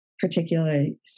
particularly